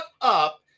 up